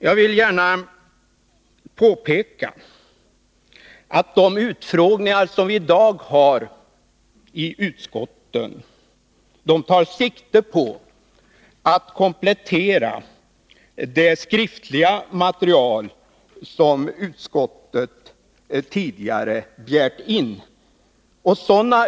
Jag vill gärna påpeka att de utfrågningar som vi i dag har i utskotten tar sikte på att komplettera det skriftliga material som utskottet tidigare har begärt in.